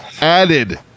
added